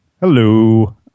Hello